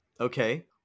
Okay